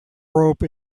rope